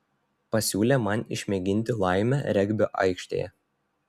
pasiūlė man išmėginti laimę regbio aikštėje